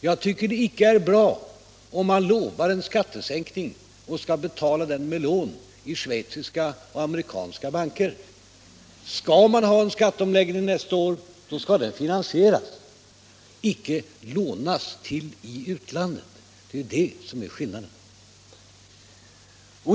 Jag tycker inte att det är bra om man lovar en skattesänkning och skall betala den med lån i schweiziska och amerikanska banker. Skall man göra en skatteomläggning nästa år, så skall den finansieras — man skall icke låna till den i utlandet.